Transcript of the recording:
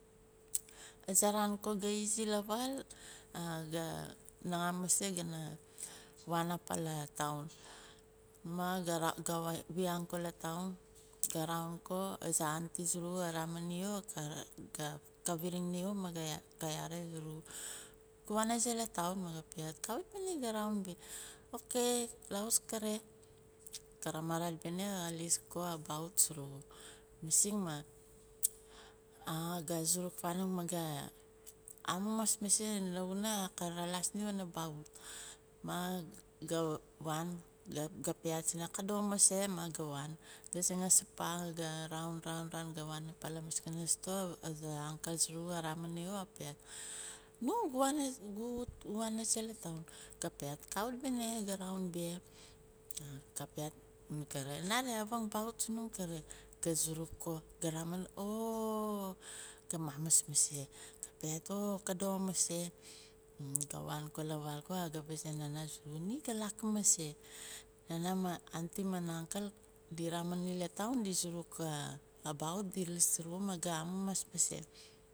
Aza raan ko ga izi la vaal ga naxam mase gana waan apa la town, maah ga wiyang ko la town ga raun ko aza aunty surugu ka vamin ni xo ka viring ni xo maah ka yare surugu, gu waan aze la town maah ga piaat, kawit bane, ga raun beh, ok lawus kare, ka ramarat bene ka liis ko abaxut surugu masing maah ga suruk vanong maah ga amamas mase panavuna ka ralaas ni pana baxut maah ga waan ga piaat sinah ka doxo mase mah ga waan ga zangas pah ga raun, raun. raun ga waan apa la store aza uncle surugu ka vamin no xo ka piaat, nu gu waan gu wut waan aze la town, ga piaat, kawit bane, ga raun beh, mah ka piaat masing kare nare avana baxut sunum kare, ga zuruk ko ga ramin oh ga mamis mase ga piaat oh ka doxo mase ga waan ko la vaal ko ga vazae nana ni ga laki mase nana maah aunty maaah uncle di vamin ni la town di zuruk a baxut mah di liis surugu mah ga amamas mase.